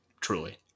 Truly